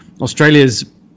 Australia's